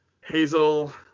Hazel